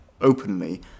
openly